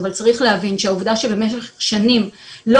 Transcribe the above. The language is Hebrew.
אבל צריך להבין שהעובדה שבמשך שנים לא